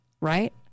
right